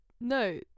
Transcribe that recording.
No